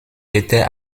était